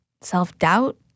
self-doubt